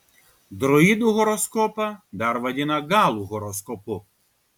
druidų horoskopą dar vadina galų horoskopu